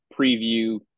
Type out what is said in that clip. preview